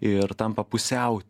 ir tampa pusiau